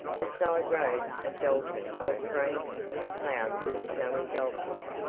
the side roads of dalton were framed with clouds of snowy dogwood,